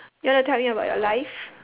you wanna tell me about your life